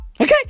Okay